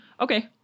okay